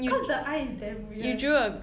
cause the eye is damn weird